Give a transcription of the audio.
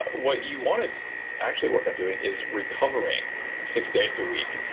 what you want to actually work on doing is recovering six days a week.